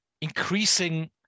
increasing